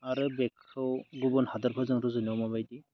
आरो बेखौ गुबुन हादोरफोरजों रुजुनायाव माबायदि